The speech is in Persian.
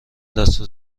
دستور